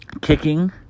kicking